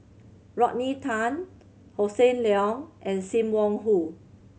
Rodney Tan Hossan Leong and Sim Wong Hoo